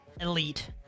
elite